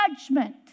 judgment